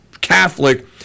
Catholic